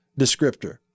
descriptor